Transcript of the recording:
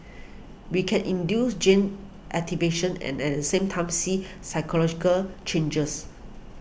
we can induce gene activation and at the same time see cycle logical changes